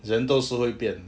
人都是会变